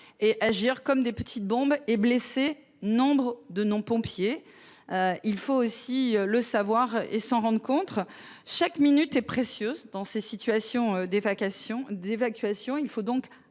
et agir comme des petites bombes et blessés, nombre de non-, pompiers. Il faut aussi le savoir et s'en rendent contre chaque minute est précieuse dans ces situations d'évacuation d'évacuation.